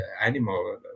animal